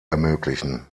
ermöglichen